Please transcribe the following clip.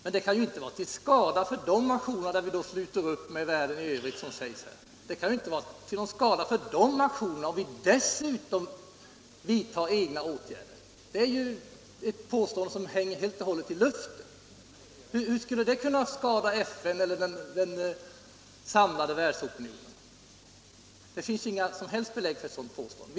Men det kan ju inte vara till skada för de nationerna när vi sluter upp med världen i övrigt, som det sägs här, om vi dessutom vidtar egna åtgärder. Det är ett påstående som hänger helt och hållet i luften. Hur skulle det kunna skada FN eller den samlade världsopinionen? Det finns inga som helst belägg för ett sådant påstående.